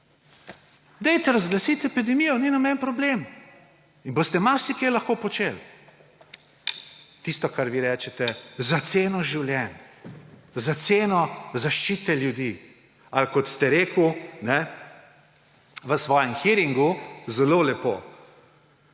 Dajte razglasiti epidemijo, ni noben problem, in boste marsikaj lahko počeli. Tisto, kar vi rečete, za ceno življenj, za ceno zaščite ljudi. Ali kot ste rekli zelo lepo v svojem hearingu, citiram,